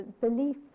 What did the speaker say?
belief